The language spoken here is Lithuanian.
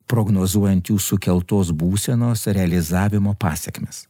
prognozuojant jų sukeltos būsenos realizavimo pasekmes